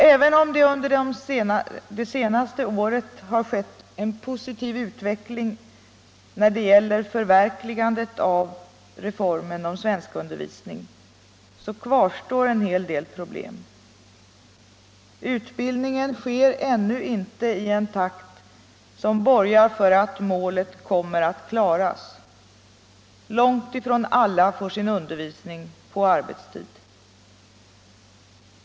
Även om det under det senaste året har skett en positiv utveckling när det gäller förverkligande av den reformen kvarstår en hel del problem. Utbildningen sker ännu inte i en takt som borgar för att målet kommer att klaras. Långt ifrån alla får sin undervisning på arbetstid.